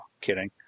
kidding